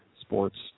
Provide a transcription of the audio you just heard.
sports